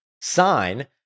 sign